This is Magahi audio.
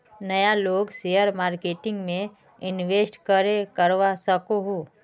नय लोग शेयर मार्केटिंग में इंवेस्ट करे करवा सकोहो?